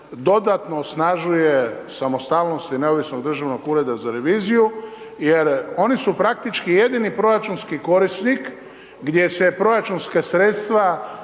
dodatno osnažuje samostalnost i neovisnost Državnog ureda za reviziju jer oni su praktički jedni proračunski korisnik gdje se proračunska sredstva